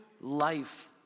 life